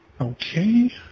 Okay